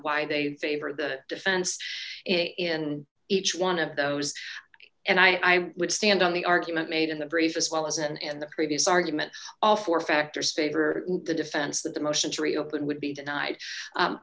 why they favor the defense in each one of those and i would stand on the argument made in the brief as well as and in the previous argument all four factors favor the defense that the motion to reopen would be denied